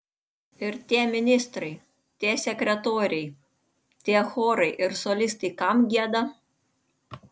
ir tie ministrai tie sekretoriai tie chorai ir solistai kam gieda